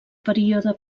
període